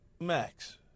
Max